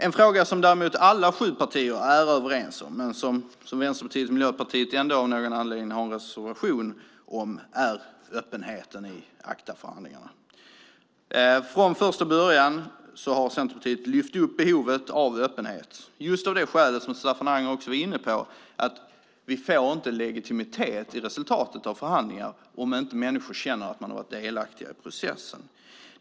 En fråga som däremot alla de sju partierna är överens om, men som Vänsterpartiet och Miljöpartiet ändå av någon anledning har en reservation om, är öppenheten i ACTA-förhandlingarna. Från första början har Centerpartiet lyft fram behovet av öppenhet just av det skäl som Staffan Anger var inne på, nämligen att vi inte får legitimitet i resultatet av förhandlingarna om människor inte känner att de har varit delaktiga i processen.